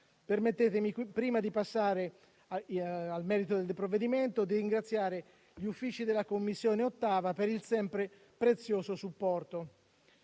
Permettetemi, prima di passare al merito del provvedimento, di ringraziare gli uffici dell'8a Commissione per il sempre prezioso supporto.